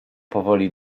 powoli